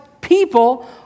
people